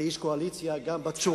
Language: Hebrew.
כאיש קואליציה, היא גם מסוכנת,